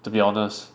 to be honest